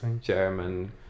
German